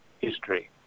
history